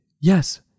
Yes